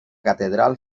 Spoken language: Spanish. catedral